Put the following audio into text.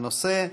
הנושא: